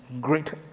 great